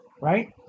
right